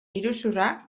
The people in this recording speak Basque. iruzurra